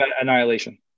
Annihilation